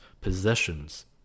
possessions